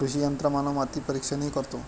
कृषी यंत्रमानव माती परीक्षणही करतो